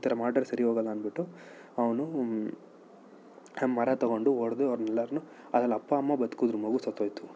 ಈ ಥರ ಮಾಡಿರೆ ಸರಿ ಹೋಗೋಲ್ಲ ಅಂದ್ಬಿಟ್ಟು ಅವನು ಆ ಮರ ತೊಗೊಂಡು ಹೊಡ್ದು ಅವ್ರನ್ನ ಎಲ್ರನ್ನು ಅದ್ರಲ್ಲಿ ಅಪ್ಪ ಅಮ್ಮ ಬದುಕಿದ್ರು ಮಗು ಸತ್ತೋಯ್ತು